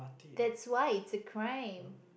that's why it's a crime